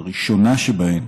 הראשונה שבהן